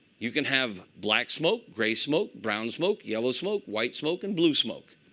you can have black smoke, gray smoke, brown smoke, yellow smoke, white smoke, and blue smoke.